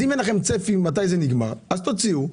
אם אין צפי, תוציאו,